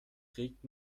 trägt